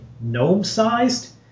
gnome-sized